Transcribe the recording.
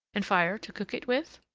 and fire to cook it with?